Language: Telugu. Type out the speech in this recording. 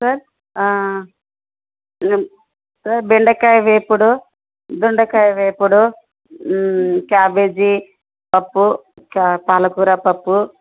సార్ సార్ బెండకాయ వేపుడు దొండకాయ వేపుడు క్యాబేజీ పప్పు ఇంకా పాలకూర పప్పు